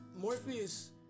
Morpheus